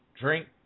drink